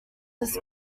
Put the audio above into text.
this